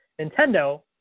Nintendo